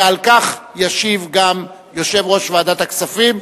ועל כך ישיב גם יושב-ראש ועדת הכספים,